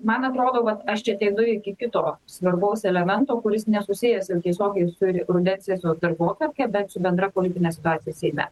man atrodo vat aš čia ateinu iki kito svarbaus elemento kuris nesusijęs tiesiogiai su rudens sesijos darbotvarke bet su bendra politine situacija seime